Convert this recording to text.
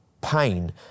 pain